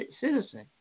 citizen